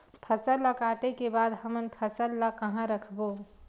फसल ला काटे के बाद हमन फसल ल कहां रखबो?